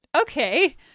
okay